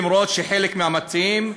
אף שחלק מהמציעים,